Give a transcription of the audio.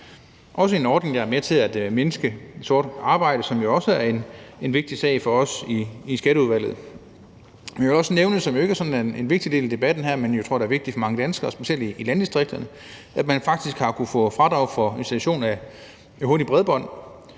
også en ordning, der er med til at mindske sort arbejde, hvilket jo også er en vigtig sag for os i Skatteudvalget. Men jeg vil også nævne noget, som ikke sådan er en vigtig del af debatten her, men som jeg tror er vigtigt for mange danskere, specielt i landdistrikterne, nemlig at man faktisk har kunnet få fradrag for installation af hurtigt bredbånd.